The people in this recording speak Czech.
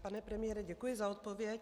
Pane premiére, děkuji za odpověď.